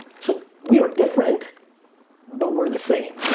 so we are different but we're the same,